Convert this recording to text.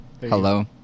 Hello